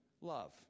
love